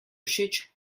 všeč